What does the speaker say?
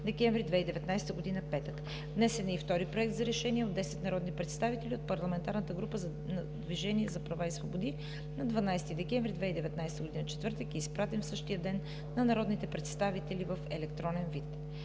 декември 2019 г. – петък. Внесен е и втори Проект за решение от 10 народни представители от парламентарната група на „Движението за права и свободи“ на 12 декември 2019 г., четвъртък, и е изпратен същия ден на народните представители в електронен вид.